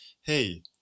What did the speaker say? hey